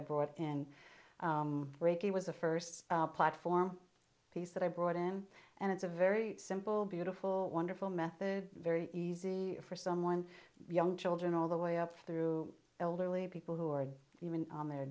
i brought in reiki was a first platform piece that i brought in and it's a very simple beautiful wonderful method very easy for someone young children all the way up through elderly people who are even on their